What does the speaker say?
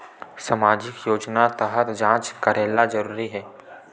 सामजिक योजना तहत जांच करेला जरूरी हे